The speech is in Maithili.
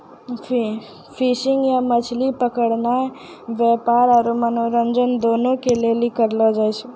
फिशिंग या मछली पकड़नाय व्यापार आरु मनोरंजन दुनू के लेली करलो जाय छै